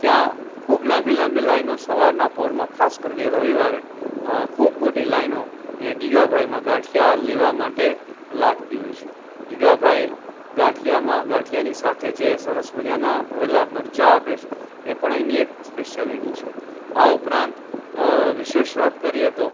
ત્યાં ખૂબ લાંબી લાંબી લાઈનો સવારના પોરમાં ખાસ કરીને રવિવારે ખૂબ મોટી લાઈનો અહીંયાં ગીગાભાઈમાં ગાંઠિયા લેવા માટે લાગતી હોય છે ગીગાભાઈ ગાંઠિયામાં ગાંઠિયાની સાથે જે સરસ મજાનાં ભરેલા મરચાં આપે છે એ પણ અહીંની એક સ્પેશ્યાલિટી છે આ ઉપરાંત વિશેષ વાત કરીએ તો